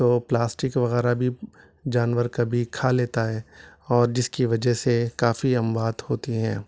تو پلاسٹک وغیرہ بھی جانور کبھی کھا لیتا ہے اور جس کی وجہ سے کافی اموات ہوتی ہیں